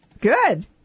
Good